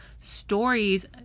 stories